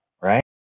right